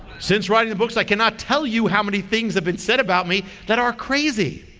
since writing the books i cannot tell you how many things have been said about me that are crazy.